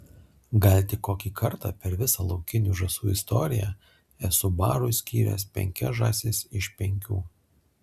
gal tik kokį kartą per visą laukinių žąsų istoriją esu barui skyręs penkias žąsis iš penkių